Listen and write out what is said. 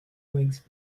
wings